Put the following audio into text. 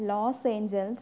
Los Angeles